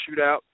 shootout